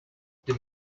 did